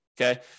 Okay